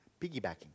piggybacking